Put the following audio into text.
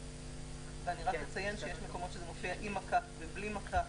25 באוגוסט 2020. אני מתכבד לפתוח את ישיבת ועדת הכלכלה.